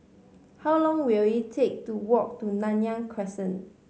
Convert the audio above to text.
how long will it take to walk to Nanyang Crescent